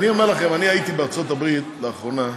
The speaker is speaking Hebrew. אני אומר לכם, אני הייתי בארצות הברית לאחרונה,